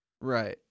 right